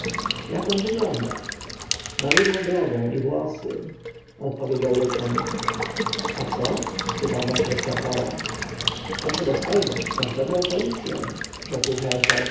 jak on wygląda ma rudą brodę i włosy odpowiedział lykon a co spytał mefres herhora wasza dostojność masz dobrą policję rzekł